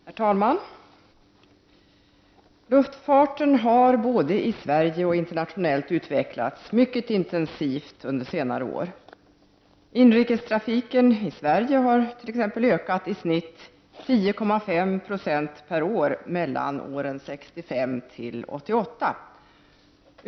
Herr talman! Luftfarten har både i Sverige och internationellt utvecklats mycket intensivt under senare år. Inrikestrafiken i Sverige har t.ex. ökat med i snitt 10,5 90 per år 1965-1988.